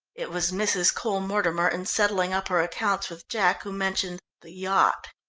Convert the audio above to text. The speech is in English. it was mrs. cole-mortimer, in settling up her accounts with jack, who mentioned the yacht.